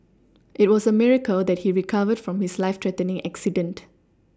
it was a miracle that he recovered from his life threatening accident